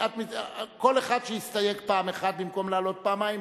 כל אחד שיסתייג פעם אחת במקום לעלות פעמיים